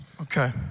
Okay